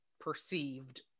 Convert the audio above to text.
perceived